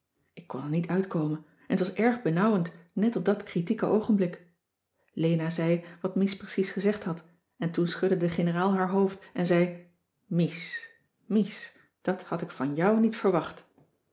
ik kon er niet uitkomen en t was erg benauwend net op dat kritieke oogenblik lena zei wat mies precies gezegd had en toen schudde de generaal haar hoofd en zei mies mies dat had ik van jou niet verwacht